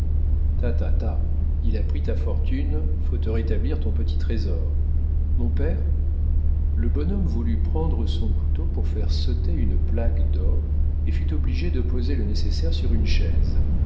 ta ta ta il a pris ta fortune faut te rétablir ton petit trésor mon père le bonhomme voulut prendre son couteau pour faire sauter une plaque d'or et fut obligé de poser le nécessaire sur une chaise